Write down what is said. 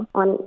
on